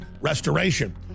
restoration